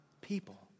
people